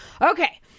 okay